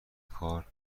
کار